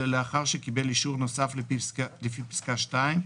אלא לאחר שקיבל אישור נוסף לפי פסקה (2),